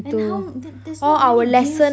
then how there's there's not even games